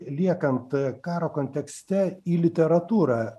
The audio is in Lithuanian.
liekant karo kontekste į literatūrą